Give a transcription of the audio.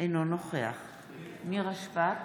אינו נוכח יוסף שיין,